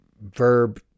verb